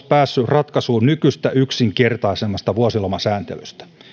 päässeet ratkaisuun nykyistä yksinkertaisemmasta vuosilomasääntelystä